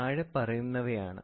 പ്രകാശം - ക്യാൻഡിലാ 7